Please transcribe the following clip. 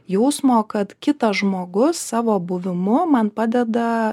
jausmo kad kitas žmogus savo buvimu man padeda